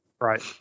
right